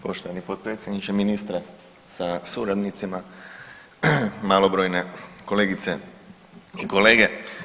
Poštovani potpredsjedniče, ministra sa suradnicima, malobrojne kolegice i kolege.